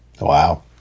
Wow